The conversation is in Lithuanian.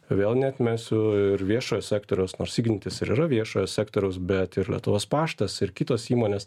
vėl neatmesiu ir viešojo sektoriaus nors ignitis ir yra viešojo sektoriaus bet ir lietuvos paštas ir kitos įmonės